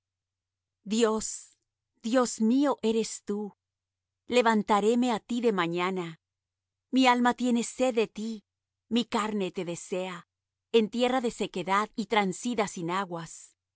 dios dios mío eres tú levantaréme á ti de mañana mi alma tiene sed de ti mi carne te desea en tierra de sequedad y transida sin aguas